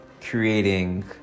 creating